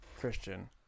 Christian